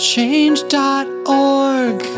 Change.org